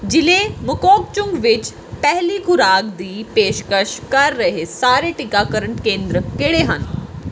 ਜ਼ਿਲ੍ਹਾ ਮੋਕੋਕਚੁੰਗ ਵਿੱਚ ਪਹਿਲੀ ਖੁਰਾਤ ਦੀ ਪੇਸ਼ਕਸ਼ ਕਰ ਰਹੇ ਸਾਰੇ ਟੀਕਾਕਰਨ ਕੇਂਦਰ ਕਿਹੜੇ ਹਨ